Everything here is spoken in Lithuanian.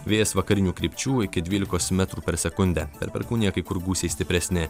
vėjas vakarinių krypčių iki dvylikos metrų per sekundę per perkūniją kai kur gūsiai stipresni